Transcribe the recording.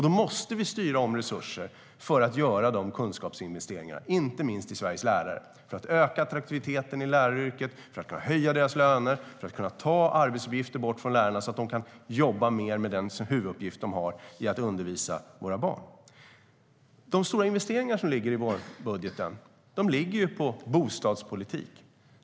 Vi måste styra om resurser för att göra de kunskapsinvesteringarna. Det handlar inte minst om Sveriges lärare. Det handlar om att öka attraktiviteten i läraryrket, att höja lärarnas löner och att ta bort arbetsuppgifter från lärarna så att de kan jobba mer med huvuduppgiften: att undervisa våra barn. De stora investeringarna i vårbudgeten ligger i bostadspolitik.